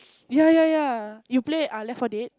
ya ya ya you play ah left for dead